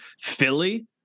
Philly